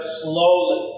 slowly